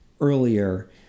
earlier